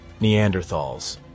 Neanderthals